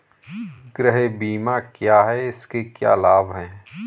गृह बीमा क्या है इसके क्या लाभ हैं?